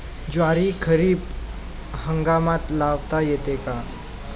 ज्वारी खरीप हंगामात लावता येते का?